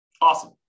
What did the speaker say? Awesome